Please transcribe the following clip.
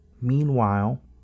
Meanwhile